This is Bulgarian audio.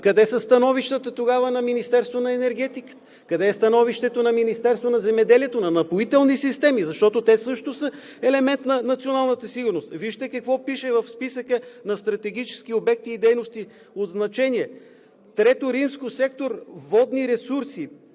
Къде са становищата на Министерството на енергетиката, на Министерството на земеделието, на „Напоителни системи“, защото те също са елемент на националната сигурност? Вижте какво пише в списъка на Стратегически обекти и дейности от значение: „III. Сектор „Водни ресурси“.